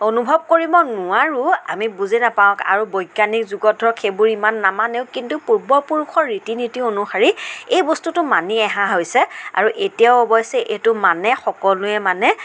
অনুভৱ কৰিব নোৱাৰোঁ আমি বুজি নাপাওঁ আৰু বৈজ্ঞানিক যুজত ধৰক সেইবোৰ ইমান নামানেও কিন্তু পূৰ্বপুৰুষৰ ৰীতি নীতি অনুসৰি এই বস্তুটো মানি অহা হৈছে আৰু এতিয়াও অৱশ্যে এইটো মানে সকলোৱে মানে